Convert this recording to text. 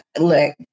look